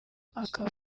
akaba